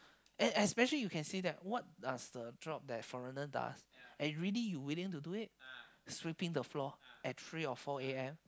and especially you can see that what does the job that foreigner does and really you willing to do it sweeping the floor at three or four a_m